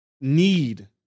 need